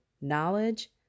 knowledge